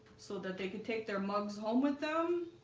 so that they could take their mugs home with them